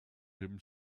him